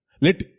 let